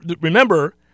remember